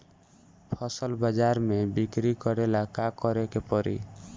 फसल बाजार मे बिक्री करेला का करेके परी?